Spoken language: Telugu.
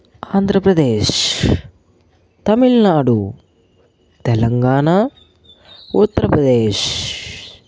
ఆంధ్రప్రదేశ్ తమిళ్నాడు తెలంగాణ ఉత్తర ప్రదేశ్